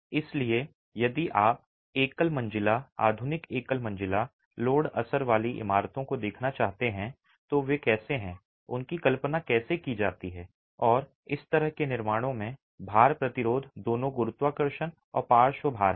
इसलिए यदि आप एकल मंजिला आधुनिक एकल मंजिला लोड असर वाली इमारतों को देखना चाहते हैं तो वे कैसे हैं उनकी कल्पना कैसे की जाती है और इस तरह के निर्माणों में भार प्रतिरोध दोनों गुरुत्वाकर्षण और पार्श्व भार है